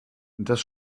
das